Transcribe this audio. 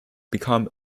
become